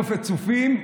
נופת צופים,